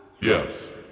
Yes